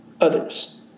others